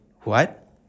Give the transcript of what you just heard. What